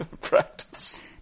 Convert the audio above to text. practice